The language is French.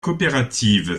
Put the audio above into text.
coopérative